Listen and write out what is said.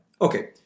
Okay